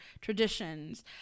traditions